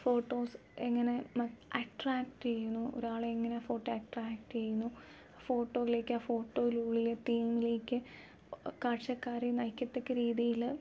photos എങ്ങനെ അട്രാക്റ്റെയ്യുന്നു ഒരാളെ എങ്ങനെ ഫോട്ടോ അട്രാക്റ്റെയ്യുന്നു ഫോട്ടോയിലേക്ക് ആ ഫോട്ടോയിലുള്ളിലെ തീമിലേയ്ക്ക് കാഴ്ചക്കാരെ നയിക്കത്തക്ക രീതിയില്